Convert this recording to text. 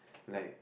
like